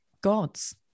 gods